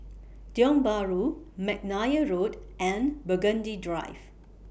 Tiong Bahru Mcnair Road and Burgundy Drive